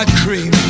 cream